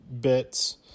bits